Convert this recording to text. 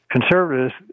Conservatives